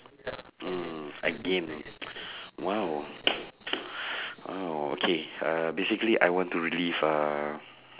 mm again !wow! !wow! okay basically I want to relieve uh